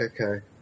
Okay